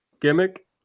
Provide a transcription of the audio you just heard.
gimmick